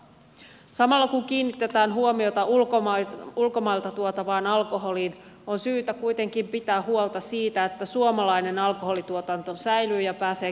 samalla kun kiinnitetään huomiota ulkomailta tuotavaan alkoholiin on syytä kuitenkin pitää huolta siitä että suomalainen alkoholituotanto säilyy ja pääsee kehittymään